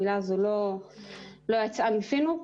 המילה הזו לא יצאה מפינו.